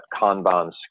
Kanban